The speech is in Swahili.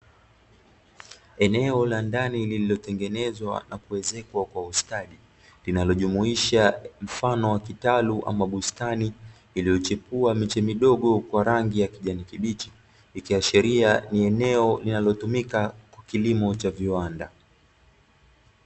Eneo la ndani lilotengenezwa na kuezekwa kwa ustadi, linalojumuisha mfano wa kitalu ama bustani iliyochepua miche midogo kwa rangi ya kijani kibichi. Ikiashiria ni eneo linalotumika kwa kilimo cha viwanda.